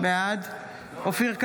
בעד אופיר כץ,